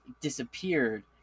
disappeared